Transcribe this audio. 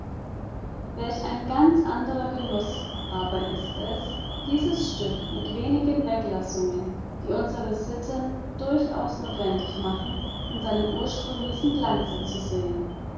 welch ein ganz anderer genuß aber ist es dieses stück mit wenigen weglassungen die unsere sitten durchaus notwendig machen in seinem ursprünglichen glanze zu sehen